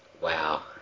Wow